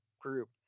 group